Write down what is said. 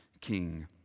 king